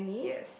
yes